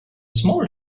small